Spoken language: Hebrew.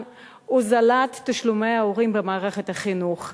הוזלת תשלומי ההורים במערכת החינוך.